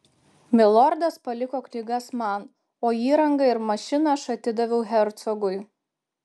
milordas paliko knygas man o įrangą ir mašiną aš atidaviau hercogui